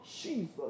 Jesus